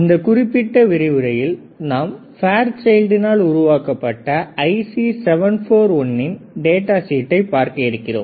இந்த குறிப்பிட்ட விரிவுரையில் நாம் ஃபேர் சைல்டினால் உருவாக்கப்பட்ட ஐசி 741இன் டேட்டா ஷீட்டை பார்க்க இருக்கிறோம்